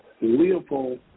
Leopold